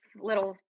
little